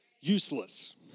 Useless